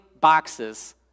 boxes